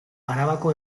arabako